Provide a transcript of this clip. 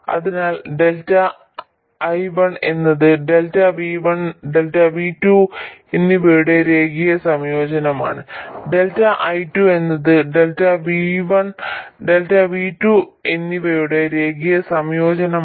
അതിനാൽ ΔI1 എന്നത് ΔV1 ΔV2 എന്നിവയുടെ രേഖീയ സംയോജനമാണ് ΔI2 എന്നത് ΔV1 ΔV2 എന്നിവയുടെ രേഖീയ സംയോജനമാണ്